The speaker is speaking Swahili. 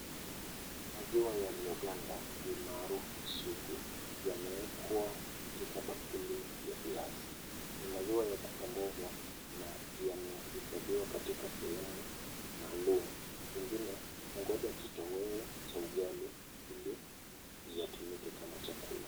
Maziwa yaliyoganda almaarufu sugu yameekwa katika bakuli ya glasi. Ni maziwa ya kupendeza na yamehifadhiwa katika sehemu maalum. Mengine hugonja kitoweo cha ugali ili yatumike kama chakula.